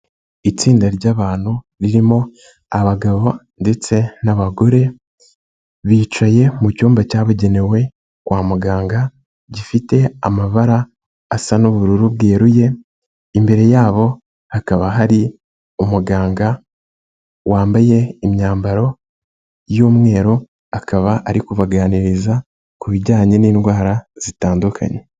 Itsinda ry'abantu ririmo abagabo ndetse n'abagore, bicaye mu cyumba cyabugenewe kwa muganga gifite amabara asa n'ubururu bweruye, imbere yabo hakaba hari umuganga wambaye imyambaro y'umweru akaba ari kubaganiriza ku bijyanye n'indwara zitandukanye.